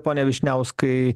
pone vyšniauskai